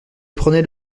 prenait